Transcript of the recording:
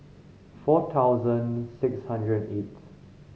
four thousand six hundred and eighth